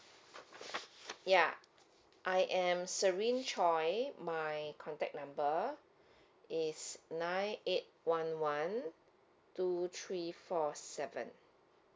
ya I am serine choi my contact number is nine eight one one two three four seven